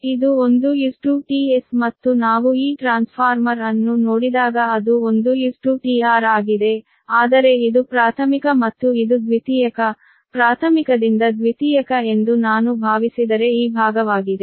ಇದು 1 tS ಮತ್ತು ನಾವು ಈ ಟ್ರಾನ್ಸ್ಫಾರ್ಮರ್ ಅನ್ನು ನೋಡಿದಾಗ ಅದು 1 tR ಆಗಿದೆ ಆದರೆ ಇದು ಪ್ರಾಥಮಿಕ ಮತ್ತು ಇದು ದ್ವಿತೀಯಕ ಪ್ರಾಥಮಿಕದಿಂದ ದ್ವಿತೀಯಕ ಎಂದು ನಾನು ಭಾವಿಸಿದರೆ ಈ ಭಾಗವಾಗಿದೆ